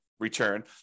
return